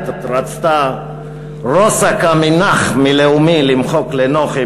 רצתה רוסק-עמינח מלאומי למחוק לנוחי,